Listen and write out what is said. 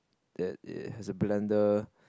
that is has a blender